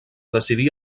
decidí